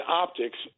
optics